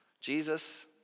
Jesus